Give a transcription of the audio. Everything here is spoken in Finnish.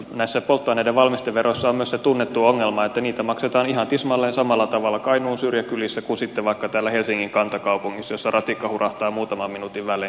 näissä polttoaineiden valmisteveroissa on myös se tunnettu ongelma että niitä maksetaan ihan tismalleen samalla tavalla kainuun syrjäkylissä kuin sitten vaikka täällä helsingin kantakaupungissa jossa ratikka hurahtaa muutaman minuutin välein kotioven ohi